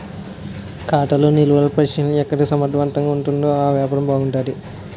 ఖాతా నిలువలు పరిశీలన ఎక్కడ సమర్థవంతంగా ఉంటుందో ఆ వ్యాపారం బాగుంటుంది